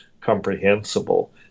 comprehensible